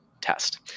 test